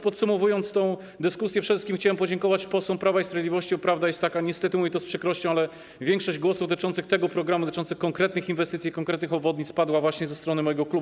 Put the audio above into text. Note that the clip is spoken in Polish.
Podsumowując tę dyskusję, przede wszystkim chciałem podziękować posłom Prawa i Sprawiedliwości, bo niestety prawda jest taka - mówię to z przykrością - że większość głosów dotyczących tego programu, dotyczących konkretnych inwestycji, konkretnych obwodnic padła właśnie ze strony mojego klubu.